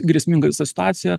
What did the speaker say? grėsmingą visą situaciją